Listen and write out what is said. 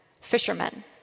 fishermen